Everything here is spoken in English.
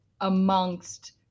amongst